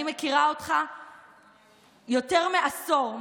אני מכירה אותך יותר מעשור,